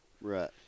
Right